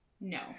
No